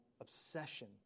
obsession